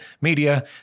media